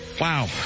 Wow